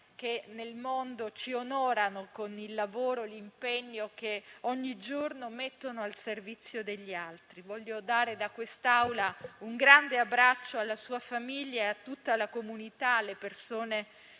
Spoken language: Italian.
Grazie a tutti